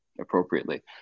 appropriately